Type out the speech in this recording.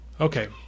Okay